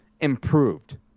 improved